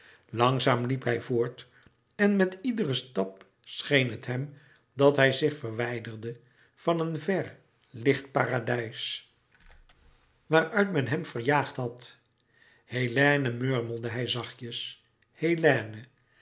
langzaam liep hij voort en met iederen stap scheen het hem dat hij zich verwijderde van een ver licht paradijs waaruit men hem verjaagd had hélène murmelde hij zachtjes hélène